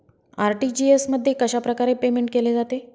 RTGS मध्ये कशाप्रकारे payment केले जाते?